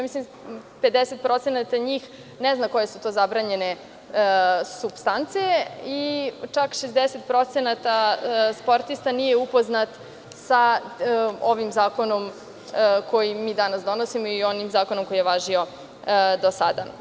Mislim da 50% njih ne zna koje su to zabranjene supstance i čak 60% sportista nije upoznato sa ovim zakonom koji danas donosimo i onim zakonom koji je važio do sada.